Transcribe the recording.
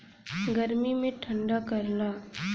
गर्मी मे ठंडा करला